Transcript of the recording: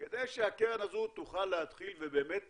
כדי שהקרן הזו תוכל להתחיל ובאמת